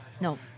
No